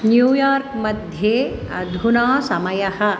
New York मध्ये अधुना समयः